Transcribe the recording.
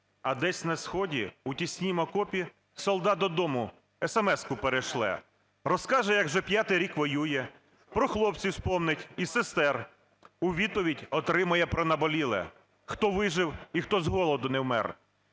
А десь на сході у тіснім окопі солдат додому есемеску перешле. Розкаже, як вже п'ятий рік воює, про хлопців вспомнить і сестер. У відповідь отримає про наболіле: хто вижив і хто з голоду не вмер.